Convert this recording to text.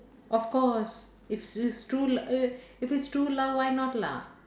of course if it's true l~ if if it's true love why not lah